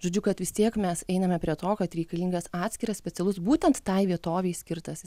žodžiu kad vis tiek mes einame prie to kad reikalingas atskiras specialus būtent tai vietovei skirtas